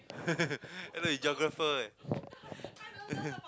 and then you geographer eh